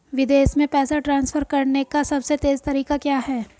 विदेश में पैसा ट्रांसफर करने का सबसे तेज़ तरीका क्या है?